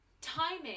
timing